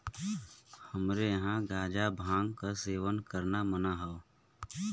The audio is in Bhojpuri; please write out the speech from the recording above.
हमरे यहां गांजा भांग क सेवन करना मना हौ